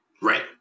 right